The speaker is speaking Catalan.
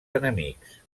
enemics